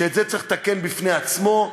שאת זה צריך לתקן בפני עצמו.